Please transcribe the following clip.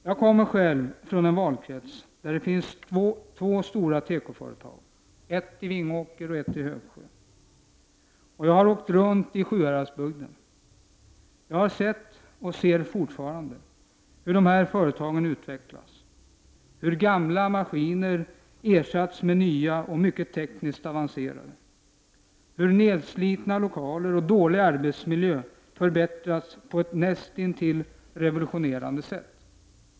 Jag kommer själv från en valkrets där det finns två stora tekoföretag, ett i Vingåker och ett i Högsjö, och jag har åkt runt i Sjuhäradsbygden. Jag har sett och ser fortfarande hur företagen utvecklas, hur gamla maskiner ersatts med nya och tekniskt mycket avancerade, hur nerslitna lokaler och dålig arbetsmiljö förbättrats på ett näst intill revolutionerande sätt.